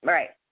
Right